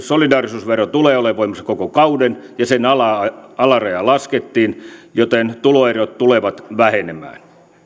solidaarisuusvero tulee olemaan voimassa koko kauden ja sen alarajaa laskettiin joten tuloerot tulevat vähenemään